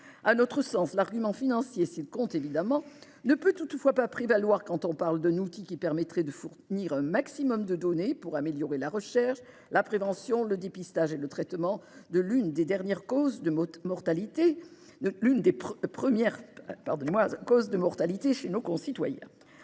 À notre sens, l'argument financier, s'il compte évidemment, ne peut pas prévaloir quand on parle d'un outil qui permettrait de fournir un maximum de données pour améliorer la recherche, la prévention, le dépistage et le traitement de l'une des premières causes de mortalité chez nos concitoyens.